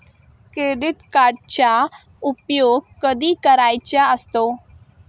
Credit कार्डचा उपयोग कधी करायचा असतो?